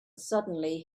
suddenly